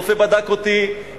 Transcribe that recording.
רופא בדק אותי,